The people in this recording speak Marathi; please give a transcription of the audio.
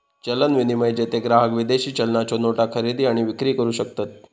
चलन विनिमय, जेथे ग्राहक विदेशी चलनाच्यो नोटा खरेदी आणि विक्री करू शकतत